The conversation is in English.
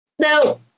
No